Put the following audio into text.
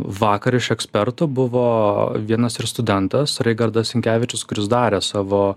vakar iš ekspertų buvo vienas ir studentas raigardas sinkevičius kuris darė savo